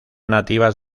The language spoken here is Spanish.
nativas